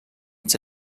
its